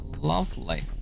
Lovely